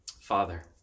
Father